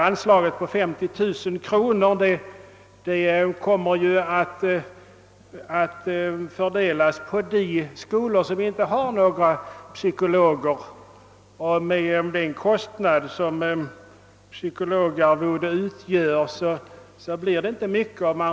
Anslaget på 50 000 kronor kommer ju att fördelas på de skolor som inte har några psykologer, och med häsyn till psykologarvodet blir det inte mycket.